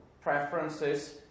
preferences